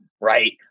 right